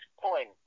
point